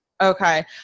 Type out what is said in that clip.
okay